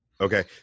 Okay